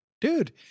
Dude